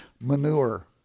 Manure